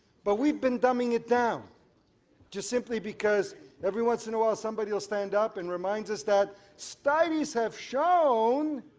but we've been dumbing it down just simply because every once in a while somebody will stand up and remind us that studies have shown